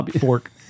fork